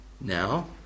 Now